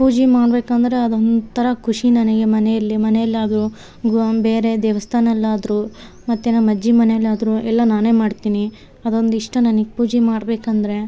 ಪೂಜೆ ಮಾಡ್ಬೇಕಂದ್ರೆ ಅದೊಂಥರ ಖುಷಿ ನನಗೆ ಮನೆಯಲ್ಲಿ ಮನೆಯಲ್ಲಾದರು ಗುಹಂ ಬೇರೆ ದೇವಸ್ಥಾನಲ್ಲಾದ್ರು ಮತ್ತು ನಮ್ಮ ಅಜ್ಜಿ ಮನೆಯಲ್ಲಾದರು ಎಲ್ಲ ನಾನೆ ಮಾಡ್ತೀನಿ ಅದೊಂದು ಇಷ್ಟ ನನಗ್ ಪೂಜೆ ಮಾಡಬೇಕಂದ್ರೆ